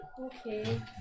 Okay